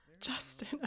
Justin